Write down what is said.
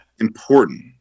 important